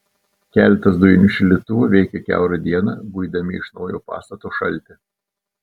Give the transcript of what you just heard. keletas dujinių šildytuvų veikė kiaurą dieną guidami iš naujo pastato šaltį